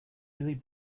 really